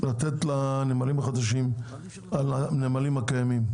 לתת לנמלים החדשים על הנמלים הקיימים?